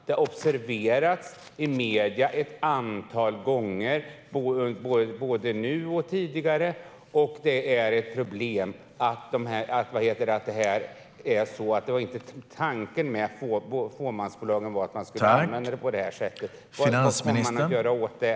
Det har observerats i medierna ett antal gånger både nu och tidigare, och det är ett problem. Det var inte tanken med fåmansbolag att man skulle använda dem på det här sättet. Vad kommer ni att göra åt det?